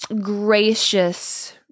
gracious